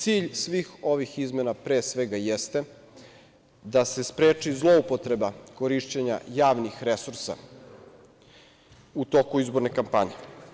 Cilj svih ovih izmena pre svega jeste da se spreči zloupotreba korišćenja javnih resursa u toku izborne kampanje.